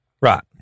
Right